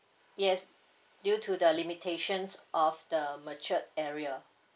yes due to the limitations of the matured area